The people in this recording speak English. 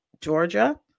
Georgia